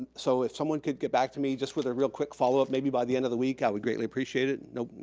so if someone could get back to me just with a real quick follow-up maybe by the end of the week, i would greatly appreciate it. you know,